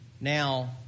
Now